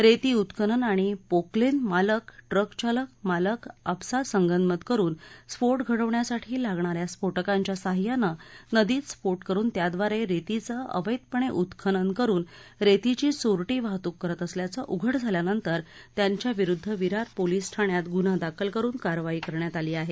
रेती उत्खनन आणि पोकलेन मालक ट्रक चालक मालक आपसात संगनमत करून स्फोट घडवण्यासाठी लागणाऱ्या स्फोटकांच्या साहाय्यानं नदीत स्फोट करून त्याद्वारे रेतीचं अवैधपणे उत्खनन करून रेतीची चोरटी वाहतूक करत असल्याचं उघड झाल्यानंतर त्यांच्या विरुद्ध विरार पोलीस ठाण्यात गुन्हा दाखल करून कारवाई करण्यात आली आहे